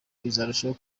bizarushaho